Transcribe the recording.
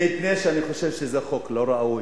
מפני שאני חושב שזה חוק לא ראוי.